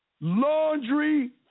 laundry